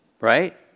right